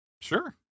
Sure